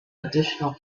additional